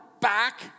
back